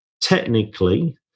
Technically